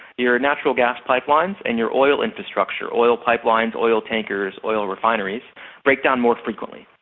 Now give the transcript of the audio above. your natural gas pipelines and your oil infrastructure oil pipelines, oil tankers, oil refineries break down more frequently.